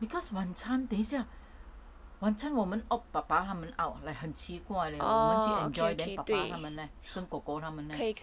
because 晚餐等一下晚餐我们 opt 爸爸他们 out leh 很奇怪 leh 我们去 enjoy then 爸爸他们 leh 跟 kor kor 他们 leh